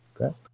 Okay